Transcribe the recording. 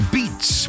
Beats